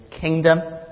kingdom